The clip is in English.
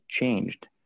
changed